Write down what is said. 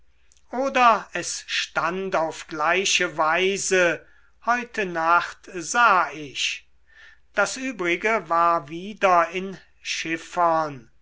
oder es stand auf gleiche weise heute nacht sah ich das übrige war wieder in